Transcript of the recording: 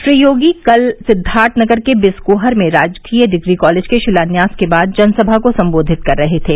श्री योगी कल सिद्वार्थनगर के बिस्कोहर में राजकीय डिग्री कालेज के शिलान्यास के बाद जनसभा को संबोधित कर रहे थे